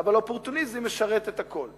אבל אופורטוניזם משרת את הכול.